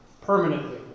permanently